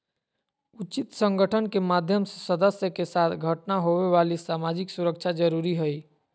उचित संगठन के माध्यम से सदस्य के साथ घटना होवे वाली सामाजिक सुरक्षा जरुरी हइ